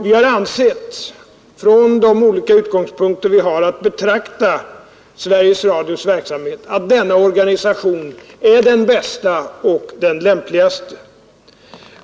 Vi har ansett, från de olika utgångspunkter vi har att betrakta Svergies Radios verksamhet, att denna organisation är den bästa och den lämpligaste.